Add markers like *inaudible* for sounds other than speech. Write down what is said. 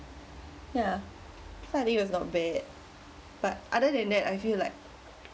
ya finally it was not bad but other than that I feel like *noise*